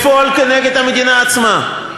לפעול נגד המדינה עצמה.